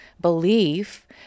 belief